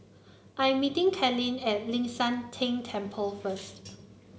I'm meeting Kalene at Ling San Teng Temple first